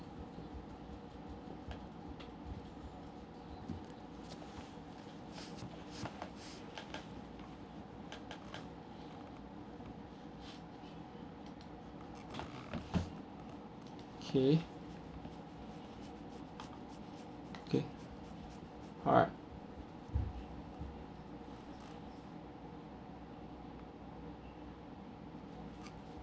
okay okay alright